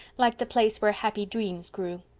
like the place where happy dreams grew.